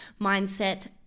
mindset